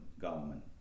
government